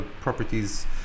properties